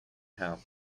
help